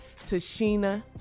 Tashina